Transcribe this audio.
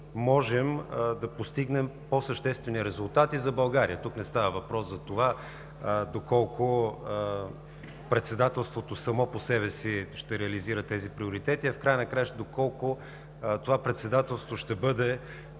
можем да постигнем по-съществени резултати за България. Тук не става въпрос доколко Председателството само по себе си ще реализира тези приоритети, а доколко това Председателство ще бъде